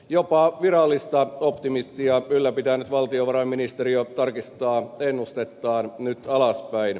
jopa virallista optimismia ylläpitänyt valtiovarainministeriö tarkistaa ennustettaan nyt alaspäin